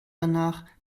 danach